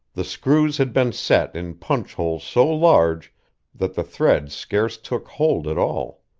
the screws had been set in punch holes so large that the threads scarce took hold at all.